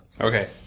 Okay